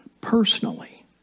personally